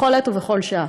בכל עת ובכל שעה.